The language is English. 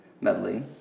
medley